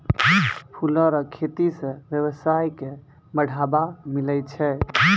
फूलो रो खेती से वेवसाय के बढ़ाबा मिलै छै